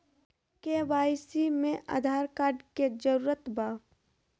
KYC में Aadhaar card के जरूरत बा?